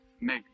make